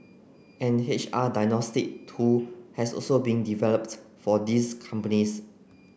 an H R diagnostic tool has also been developed for these companies